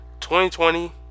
2020